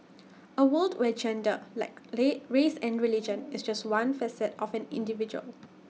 A world where gender like race and religion is just one facet of an individual